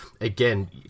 again